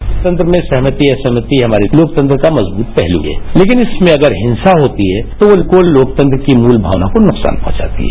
लोकतंत्र में सहमति असहमति हमारे लोकतंत्रत का मजबूत पहलू है लेकिन इसमें अगर हिंसा होती है तो वो लोकतंत्र की मूल भावना को नुकसान पहंचाती है